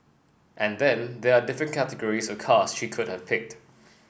and then there are the different categories of cars she could have picked